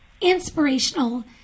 inspirational